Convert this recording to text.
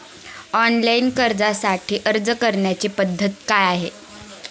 Online कर्जासाठी अर्ज करण्याची पद्धत काय आहे?